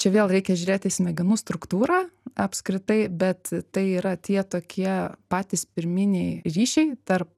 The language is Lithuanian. čia vėl reikia žiūrėt į smegenų struktūrą apskritai bet tai yra tie tokie patys pirminiai ryšiai tarp